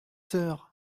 soeur